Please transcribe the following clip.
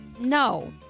No